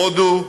הודו,